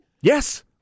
Yes